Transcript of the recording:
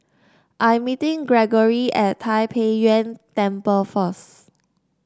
I'm meeting Greggory at Tai Pei Yuen Temple first